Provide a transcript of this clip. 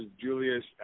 Julius